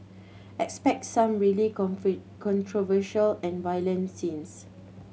expect some really controversial and violent scenes